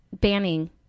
banning